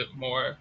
more